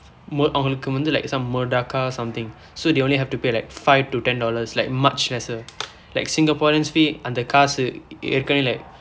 me~ அவங்களுக்கு வந்து:avangkalukku vandthu like some merdaka something so they only have to pay like five to ten dollars like much lesser like singaporeans fee அந்த காசு ஏற்கனவே:andtha kaasu eerkanavee like